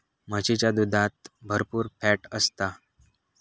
म्हशीच्या दुधात भरपुर फॅट असता